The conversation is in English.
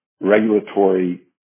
regulatory